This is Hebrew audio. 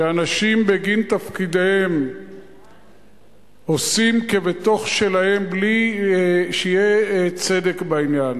שאנשים בגין תפקידם עושים כבתוך שלהם בלי שיהיה צדק בעניין